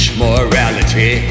morality